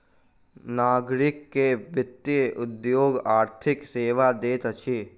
नागरिक के वित्तीय उद्योग आर्थिक सेवा दैत अछि